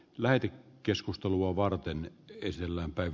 lähempi keskustelua varten ettei siellä päin